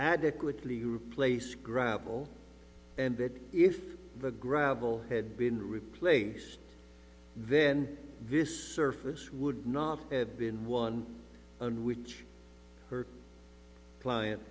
adequately replace gravel and bit if the gravel had been replaced then this surface would not have been one on which her client